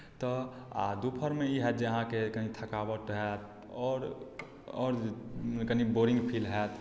तऽ आ दुपहरमे ई हएत जे अहाँकेँ कनि थकावट हएत आओर आओर कनि बोरिंग फील हएत